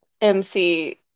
mc